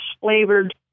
flavored